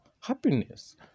Happiness